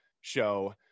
show